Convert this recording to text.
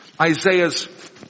Isaiah's